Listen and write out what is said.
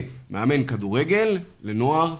יש מאמן כדורגל לנוער,